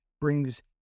brings